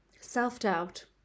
Self-doubt